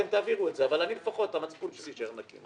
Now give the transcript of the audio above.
אתם תעבירו את זה אבל המצפון שלי יישאר נקי.